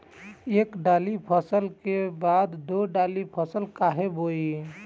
एक दाली फसल के बाद दो डाली फसल काहे बोई?